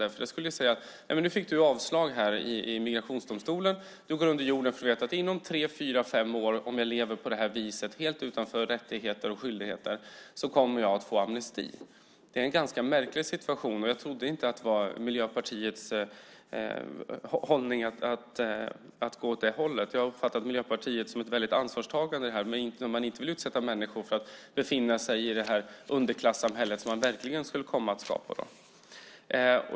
Det skulle innebära att om man får avslag i migrationsdomstolen så går man under jorden, för man vet att om man lever på det viset i tre, fyra eller fem år, helt utanför rättigheter och skyldigheter, kommer man att få amnesti. Det är en ganska märklig situation, och jag trodde inte att Miljöpartiet ville gå åt det hållet. Jag har uppfattat Miljöpartiet som väldigt ansvarstagande i detta, att man inte vill att människor ska befinna sig i det underklassamhälle man verkligen skulle komma att skapa då.